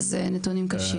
2022. זה נתונים קשים.